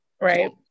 right